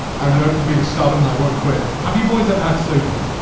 i'm known for being stubborn and i won't quit. have you boys ever had soju?